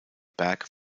berg